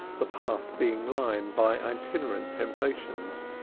the path being lined by itinerant temptations.